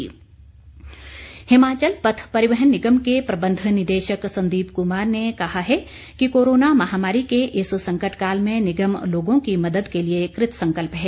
appeal Himachal पथ परिवहन निगम के प्रबंध निदेशक संदीप कुमार ने कहा है कि कोरोना महामारी के इस संकटकाल में निगम लोगों की मदद के लिए कृतसंकल्प है